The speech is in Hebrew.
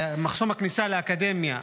מחסום הכניסה לאקדמיה,